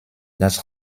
das